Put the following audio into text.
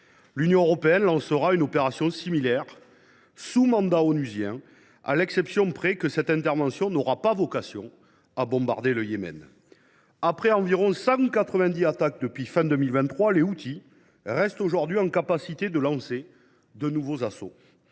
L’Union européenne lancera une opération similaire, sous mandat onusien, à l’exception près que cette intervention n’aura pas vocation à bombarder le Yémen. Avec près de 190 attaques depuis la fin de 2023, les Houthis restent aujourd’hui capables de mener de nouveaux assauts.